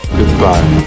Goodbye